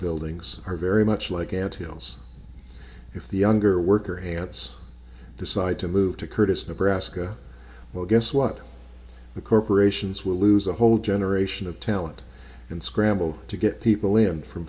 buildings are very much like ant hills if the younger worker ants decide to move to curtis nebraska well guess what the corporations will lose a whole generation of talent and scramble to get people in from